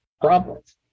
problems